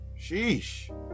Sheesh